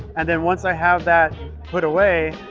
and then once i have that put away,